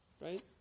right